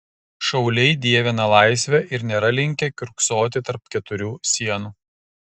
šauliai dievina laisvę ir nėra linkę kiurksoti tarp keturių sienų